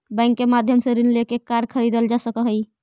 bank के माध्यम से ऋण लेके कार खरीदल जा सकऽ हइ